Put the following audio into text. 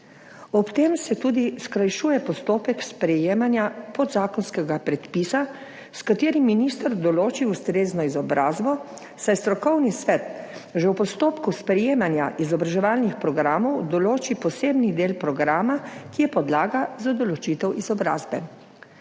Ob tem se skrajšuje tudi postopek sprejemanja podzakonskega predpisa, s katerim minister določi ustrezno izobrazbo, saj strokovni svet že v postopku sprejemanja izobraževalnih programov določi posebni del programa, ki je podlaga za določitev izobrazbe.